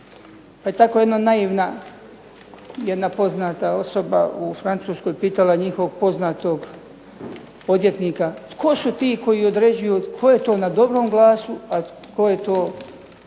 pa je tako jedna naivna jedna poznata osoba u Francuskoj pitala njihovog poznatog odvjetnika tko su ti koji određuju tko je to na dobrom glasu, a tko je to